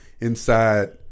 inside